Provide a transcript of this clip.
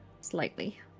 slightly